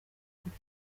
ukuri